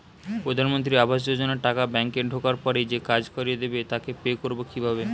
প্রধানমন্ত্রী আবাস যোজনার টাকা ব্যাংকে ঢোকার পরে যে কাজ করে দেবে তাকে পে করব কিভাবে?